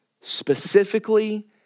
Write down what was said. specifically